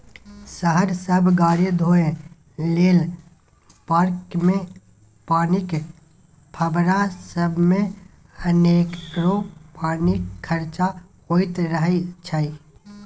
शहर सब गाड़ी धोए लेल, पार्कमे पानिक फब्बारा सबमे अनेरो पानि खरचा होइत रहय छै